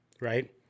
right